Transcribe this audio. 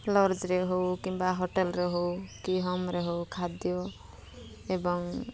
ଲଜରେ ହଉ କିମ୍ବା ହୋଟେଲରେ ହଉ କି ହୋମରେ ହଉ ଖାଦ୍ୟ ଏବଂ